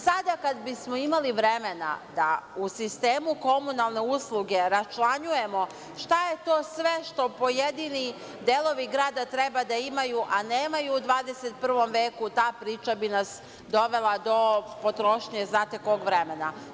Sada kad bismo imali vremena da u sistemu komunalne usluge raščlanjujemo šta je to sve što pojedini delovi grada treba da imaju, a nemaju u 21. veku, ta priča bi nas dovela do potrošnje znate kog vremena.